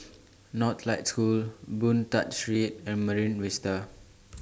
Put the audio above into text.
Northlight School Boon Tat Street and Marine Vista